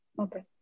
Okay